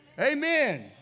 Amen